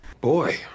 Boy